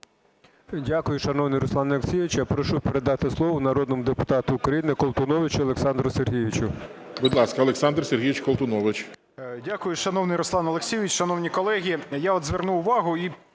Дякую, шановний Руслане Олексійовичу. Я прошу передати слово народному депутату України Колтуновичу Олександру Сергійовичу. ГОЛОВУЮЧИЙ. Будь ласка, Олександр Сергійович Колтунович. 13:25:24 КОЛТУНОВИЧ О.С. Дякую. Шановний Руслан Олексійович, шановні колеги,